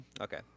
Okay